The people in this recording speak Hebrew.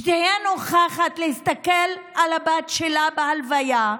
שתהיה נוכחת, להסתכל על הבת שלה בהלוויה,